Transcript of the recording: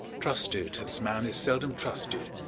trusted as man is seldom trusted,